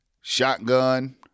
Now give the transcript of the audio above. shotgun